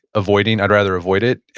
avoiding, i'd rather avoid it.